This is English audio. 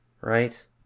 Right